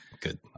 Good